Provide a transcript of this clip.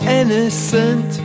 innocent